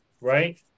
right